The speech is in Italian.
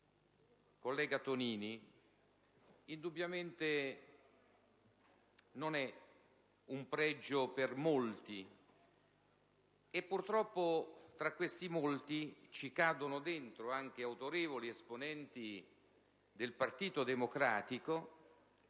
collega Tonini, indubbiamente non è un pregio per molti, e purtroppo tra questi molti rientrano anche autorevoli esponenti del Partito Democratico.